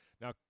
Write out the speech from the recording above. Now